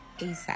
ASAP